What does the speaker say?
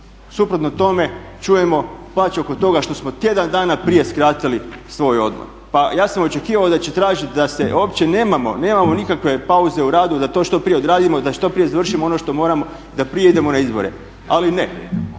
suprotno toga čujemo plač oko toga što smo tjedan dana prije skratili svoj odmor. Pa ja sam očekivao da će tražiti da uopće nemamo nikakve pauze u radu da to što prije odradimo da što prije završimo ono što moramo da prije idemo na izbore, ali ne